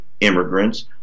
immigrants